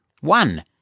one